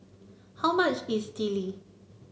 how much is Idili